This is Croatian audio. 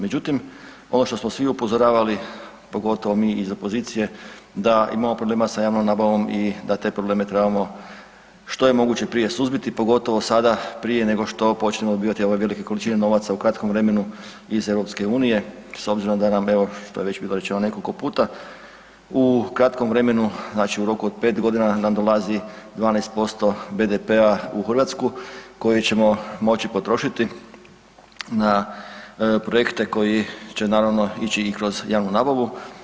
Međutim, ono što smo svi upozoravali pogotovo mi iz opozicije da imamo problema sa javnom nabavom i da te probleme trebamo što je moguće prije suzbiti pogotovo sada prije nego što počnemo dobivati ove velike količine novaca u kratkom vremenu iz EU s obzirom da nam evo što je već bilo rečeno nekoliko puta u kratkom vremenu, znači u roku od 5 godina nam dolazi 12% DBP-a u Hrvatsku koji ćemo moći potrošiti na projekte koji će naravno ići i kroz javnu nabavu.